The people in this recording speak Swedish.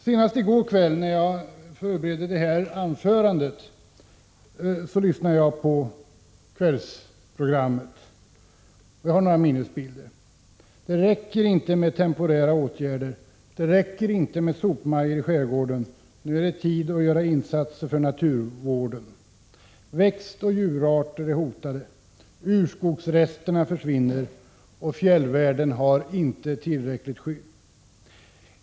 Senast i går kväll, när jag förberedde detta anförande, lyssnade jag på kvällsprogrammet, och jag har några minnesbilder: Det räcker inte med temporära åtgärder, det räcker inte med sopmajor i skärgården — nu är det tid att göra insatser för naturvården. Växtoch djurarter är hotade, urskogsresterna försvinner, och fjällvärlden har inte tillräckligt skydd.